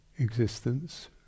existence